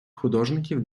художників